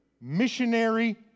missionary